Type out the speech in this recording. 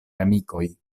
amikoj